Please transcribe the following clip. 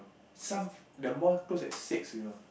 some the mall close at six you know